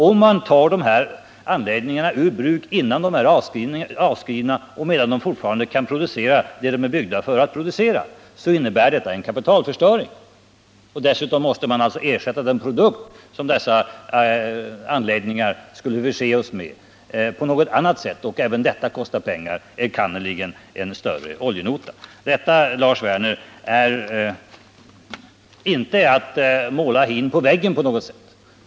Om man tar dessa anläggningar ur drift innan investeringarna är avskrivna och medan anläggningarna fortfarande kan producera det de är byggda för att producera, innebär det en kapitalförstöring. Dessutom måste man på något sätt ersätta den produkt som dessa anläggningar skulle förse oss med. Även detta kostar pengar, enkannerligen en större oljenota. Detta, Lars Werner, är inte att måla hin på väggen.